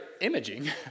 imaging